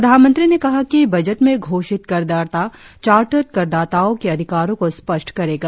प्रधानमंत्री ने कहा कि बजट में घोषित करदाता चार्टर करदाताओ के अधिकारों को स्पष्ट करेगा